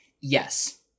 Yes